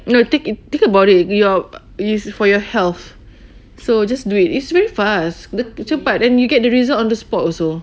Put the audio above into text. you know tak~ it think about it you~ it's for your health so you just do it it's very fast the cepat and you get the result on the spot also